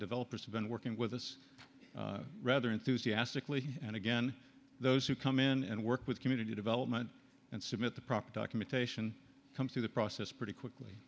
developers have been working with us rather enthusiastically and again those who come in and work with community development and submit the proper documentation comes through the process pretty quickly